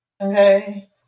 Okay